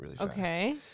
Okay